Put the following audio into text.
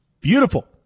beautiful